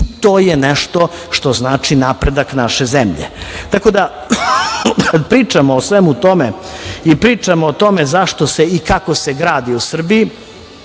to je nešto što znači napredak naše zemlje. Kada pričamo o svemu tome i pričamo o tome zašto i kako se gradi u Srbiji,